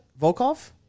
Volkov